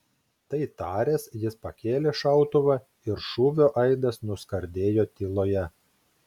tai taręs jis pakėlė šautuvą ir šūvio aidas nuskardėjo tyloje